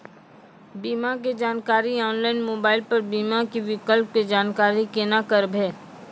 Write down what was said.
बीमा के जानकारी ऑनलाइन मोबाइल पर बीमा के विकल्प के जानकारी केना करभै?